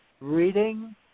reading